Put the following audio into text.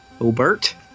obert